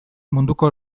munduko